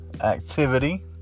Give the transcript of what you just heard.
activity